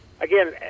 again